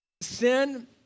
Sin